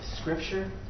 scripture